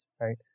right